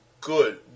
good